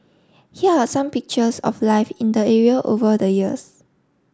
here are some pictures of life in the area over the years